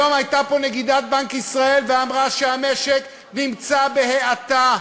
היום הייתה פה נגידת בנק ישראל ואמרה שהמשק נמצא בהאטה.